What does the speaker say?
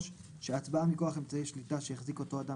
שההצבעה מכוח אמצעי שליטה שהחזיק אותו אדם